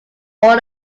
all